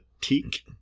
teak